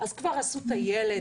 אז כבר עשו טיילת,